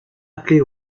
appelé